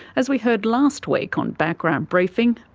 as we heard last week on background briefing,